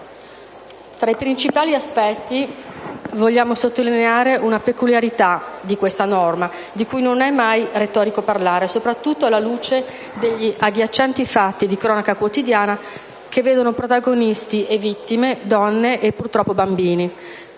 Tra i principali aspetti vogliamo sottolineare una peculiarità di questa norma, di cui non è mai retorico parlare, soprattutto alla luce degli agghiaccianti fatti di cronaca quotidiana che vedono protagonisti e vittime donne e purtroppo bambini,